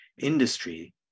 industry